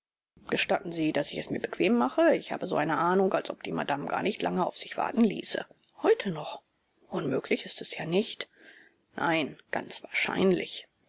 gestatten sie daß ich es mir bequem mache ich habe so eine ahnung als ob die madame gar nicht lange auf sich warten ließe heute noch unmöglich ist es ja nicht nein ganz wahrscheinlich